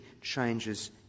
changes